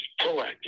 proactive